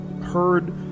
heard